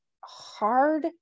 hard